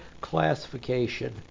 classification